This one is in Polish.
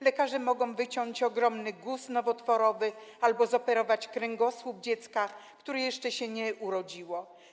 Lekarze mogą wyciąć ogromny guz nowotworowy albo zoperować kręgosłup dziecka, które jeszcze się nie urodziło.